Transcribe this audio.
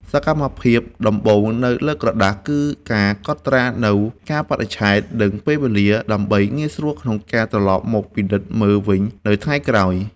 សកម្មភាពដំបូងនៅលើក្រដាស គឺការកត់ត្រានូវកាលបរិច្ឆេទ និងពេលវេលា ដើម្បីងាយស្រួលក្នុងការត្រឡប់មកពិនិត្យមើលវិញនៅថ្ងៃក្រោយ។